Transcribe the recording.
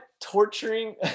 torturing